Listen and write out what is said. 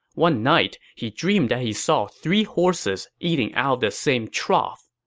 one night, he dreamed that he saw three horses eating out of the same trough.